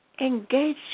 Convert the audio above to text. Engage